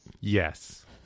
Yes